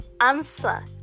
answer